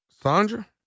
Sandra